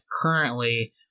currently